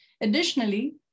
Additionally